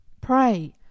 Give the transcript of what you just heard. pray